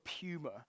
puma